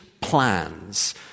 plans